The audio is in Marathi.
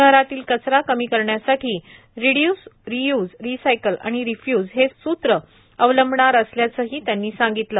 शहरातील कचरा कमी करण्यासाठी रिड्य्जरिय्ज रिसायकल आणि रिफ्य्ज हे सूत्र अवलंबणार असल्याचंही त्यांनी सांगितलं